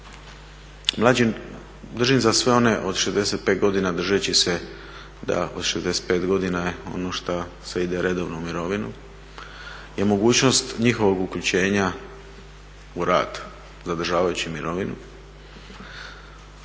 mlađe držim za sve one od 65 godina držeći se da ako je 65 godina ono što se ide redovno u mirovinu, je mogućnost njihovog uključenja u rad zadržavajući mirovinu.